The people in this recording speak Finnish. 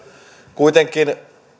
kuitenkin